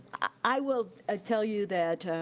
i will ah tell you that,